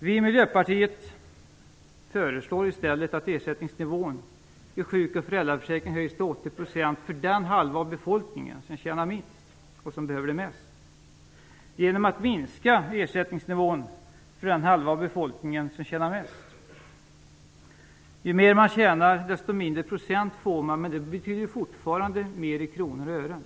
Vi i Miljöpartiet föreslår i stället att ersättningsnivån i sjuk och föräldraförsäkringen höjs till 80 % för den halva av befolkningen som tjänar minst och som behöver det mest, genom att man minskar ersättningsnivån för den halva av befolkningen som tjänar mest. Ju mer man tjänar desto mindre procent får man, men det betyder fortfarande mer i kronor och ören.